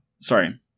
Sorry